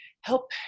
help